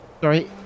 Sorry